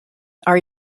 are